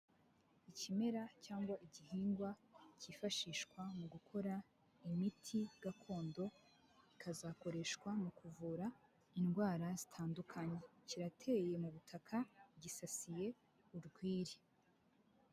Ikimera cyangwa igihingwa cyifashishwa mu gukora imiti gakondo ikazakoreshwa mu kuvura indwara zitandukanye, kirateye mu butaka gisasiye urwiri.